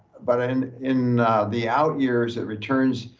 but in in the out years that returns.